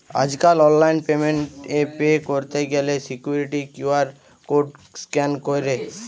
আজকাল online payment এ pay কইরতে গ্যালে সিকুইরিটি কিউ.আর কোড স্ক্যান কইরে